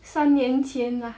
三年前 ah